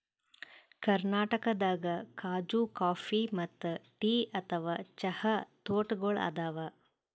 ಕರ್ನಾಟಕದಾಗ್ ಖಾಜೂ ಕಾಫಿ ಮತ್ತ್ ಟೀ ಅಥವಾ ಚಹಾ ತೋಟಗೋಳ್ ಅದಾವ